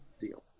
deal